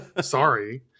sorry